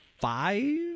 five